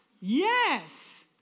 Yes